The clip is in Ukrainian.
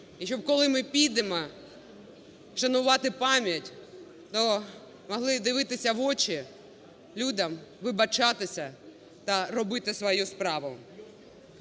І щоб, коли ми підемо шанувати пам'ять, то могли дивитися в очі людям, вибачатися та робити свою справу.